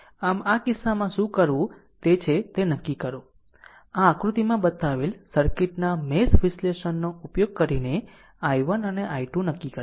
આમ આ કિસ્સામાં શું કરવું તે છે તે નક્કી કરો કે આ આકૃતિમાં બતાવેલ સર્કિટના મેશ વિશ્લેષણનો ઉપયોગ કરીને i1 અને i2 નક્કી કરવા